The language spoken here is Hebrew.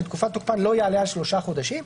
שתקופת תוקפן לא יעלה על שלושה חודשים,